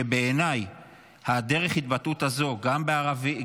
שבעיניי דרך ההתבטאות הזו אחד כלפי השני,